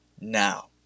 Now